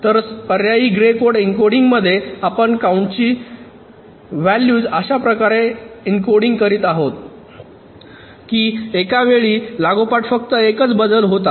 तर पर्यायी grey code एन्कोडिंगमध्ये आपण काउंटची व्हॅल्यूज अशा प्रकारे एन्कोडिंग करत आहोत की एका वेळी लागोपाठ फक्त एकच बदल होत आहे